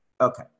Okay